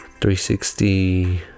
360